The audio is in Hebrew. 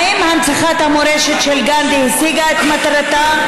האם הנצחת המורשת של גנדי השיגה את מטרתה?